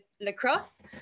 lacrosse